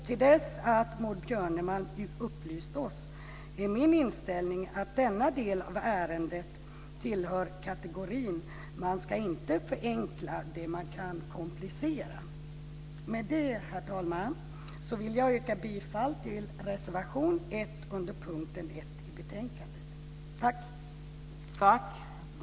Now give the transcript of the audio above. Till dess att Maud Björnemalm har upplyst oss är min inställning att denna del av ärendet tillhör kategorin "man ska inte förenkla det man kan komplicera". Med det, herr talman, vill jag yrka bifall till reservation 1 under punkt 1 i betänkandet. Tack!